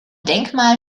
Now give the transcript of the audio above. denkmal